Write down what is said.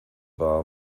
war